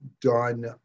done